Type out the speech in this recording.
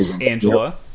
Angela